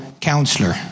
counselor